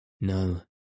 No